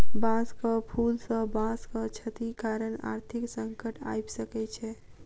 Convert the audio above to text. बांसक फूल सॅ बांसक क्षति कारण आर्थिक संकट आइब सकै छै